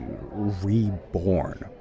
reborn